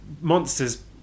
monsters